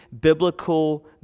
biblical